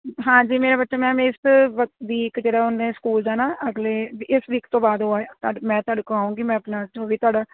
ਹਾਂਜੀ ਮੇਰਾ ਬੱਚਾ ਮੈਮ ਇਸ ਵੀਕ ਚ ਜਿਹੜਾ ਉਹਨੇ ਸਕੂਲ ਜਾਣਾ ਅਗਲੇ ਇਸ ਵੀਕ ਤੋਂ ਬਾਅਦ ਮੈਂ ਤੁਹਾਡੇ ਕੋਲ ਆਉਂਗੀ ਮੈਂ ਆਪਣਾ ਜੋ ਵੀ ਤਾਡਾ